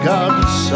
God's